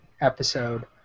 episode